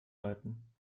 läuten